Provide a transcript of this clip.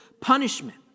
punishment